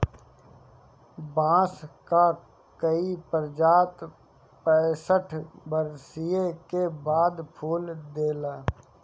बांस कअ कई प्रजाति पैंसठ बरिस के बाद फूल देला